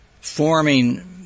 forming